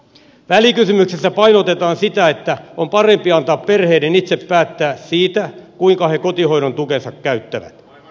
välikysymyksessä painotetaan sitä että on parempi antaa perheiden itse päättää siitä kuinka he kotihoidon tukensa käyttävät